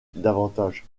davantage